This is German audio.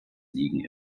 liegen